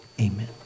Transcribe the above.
Amen